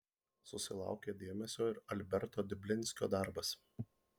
susilaukė dėmesio ir alberto diblinskio darbas